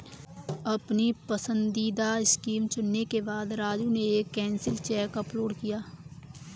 अपनी पसंदीदा स्कीम चुनने के बाद राजू ने एक कैंसिल चेक अपलोड किया